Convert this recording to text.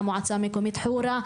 המועצה המקומית חורה,